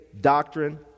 doctrine